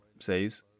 says